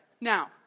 Now